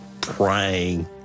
praying